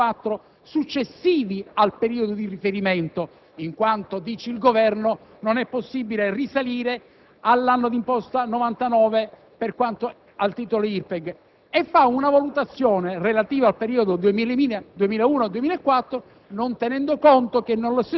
relazione tecnica abbastanza lacunosa. Questa infatti fa riferimento agli F24 successivi al periodo di riferimento, in quanto - dice il Governo - non è possibile risalire all'anno di imposta 1999 per quanto al titolo IRPEG,